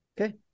Okay